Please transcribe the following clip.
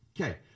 Okay